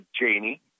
Janie